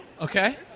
Okay